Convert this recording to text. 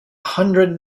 hundred